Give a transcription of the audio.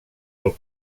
del